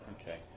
Okay